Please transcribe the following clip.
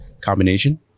combination